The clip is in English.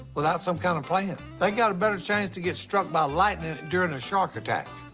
without some kind of plan. they got a better chance to get struck by lightening during a shark attack.